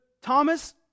Thomas